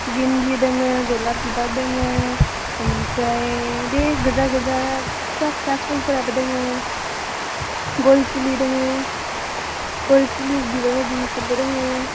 गेन्दे दङ गलाप बिबार दङ ओमफ्राय बे गोजा गोजा फिसा फिसा फुलफोराबो दङ गय फुलि दङ गय फुलि बिबारबायदि बेफोरबो दङ